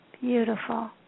Beautiful